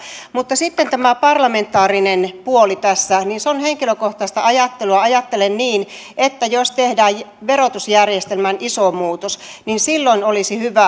mutta sitten tämä parlamentaarinen puoli tässä on henkilökohtaista ajattelua ajattelen niin että jos tehdään verotusjärjestelmään iso muutos niin silloin olisi hyvä